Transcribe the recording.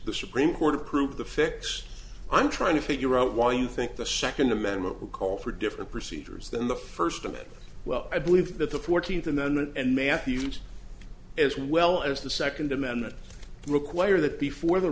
the supreme court approved the fix i'm trying to figure out why you think the second amendment will call for different procedures than the first amendment well i believe that the fourteenth amendment and matthews as well as the second amendment require that before the